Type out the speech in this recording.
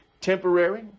temporary